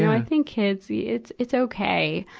i think kids, it's it's okay.